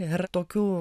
ir tokių